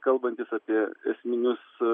kalbantis apie esminius